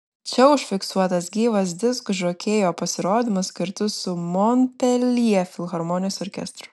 čia užfiksuotas gyvas diskžokėjo pasirodymas kartu su monpeljė filharmonijos orkestru